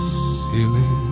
ceiling